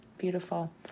beautiful